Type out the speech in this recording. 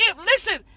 listen